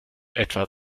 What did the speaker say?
etwa